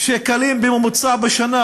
שקלים בממוצע בשנה,